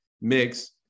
mix